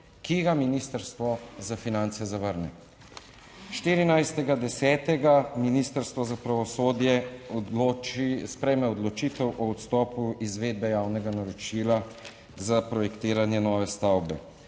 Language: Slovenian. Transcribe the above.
ki ga Ministrstvo za finance zavrne. 14. 10. Ministrstvo za pravosodje odloči, sprejme odločitev o odstopu izvedbe javnega naročila za projektiranje nove stavbe